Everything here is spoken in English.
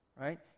Right